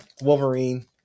Wolverine